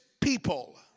people